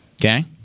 Okay